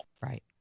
Right